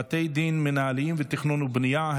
בתי דין מינהליים ותכנון ובנייה),